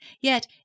yet